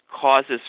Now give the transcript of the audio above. causes